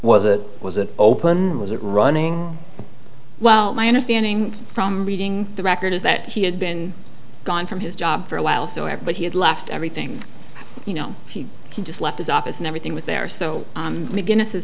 was it was an open was it running well my understanding from reading the record is that he had been gone from his job for a while so at but he had left everything you know he just left his office and everything was there so guinness